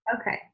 okay